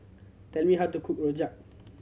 tell me how to cook rojak